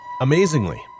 Amazingly